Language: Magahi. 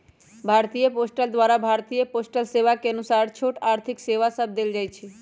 भारतीय पोस्ट द्वारा भारतीय पोस्टल सेवा के अनुसार छोट आर्थिक सेवा सभ देल जाइ छइ